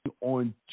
on